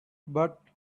but